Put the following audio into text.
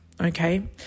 okay